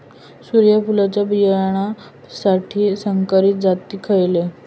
सूर्यफुलाच्या बियानासाठी संकरित जाती खयले?